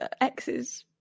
Exes